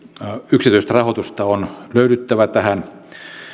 yksityistä rahoitusta on löydyttävä tähän